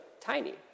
tiny